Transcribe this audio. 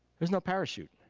there's no parachute.